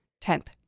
Tenth